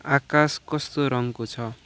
आकाश कस्तो रङको छ